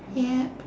yeah